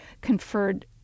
conferred